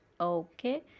okay